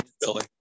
billy